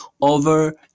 over